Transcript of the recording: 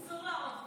אסור להראות תמונה.